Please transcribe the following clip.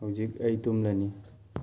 ꯍꯧꯂꯤꯛ ꯑꯩ ꯇꯨꯝꯂꯅꯤ